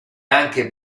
anche